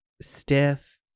stiff